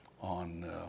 on